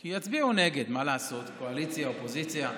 כי יצביעו נגד, מה לעשות, קואליציה, אופוזיציה.